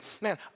Man